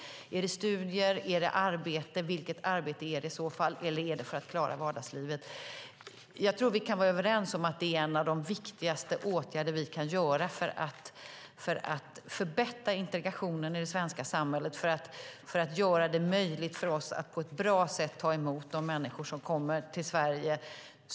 Är det studier? Är det arbete, och vilket arbete är det i så fall? Eller är det för att klara vardagslivet? Jag tror att vi kan vara överens om att detta är en av de viktigaste åtgärder vi kan vidta för att förbättra integrationen i det svenska samhället och för att göra det möjligt för oss att på ett bra sätt ta emot de människor som kommer till Sverige.